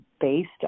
based